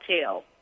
tell